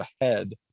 ahead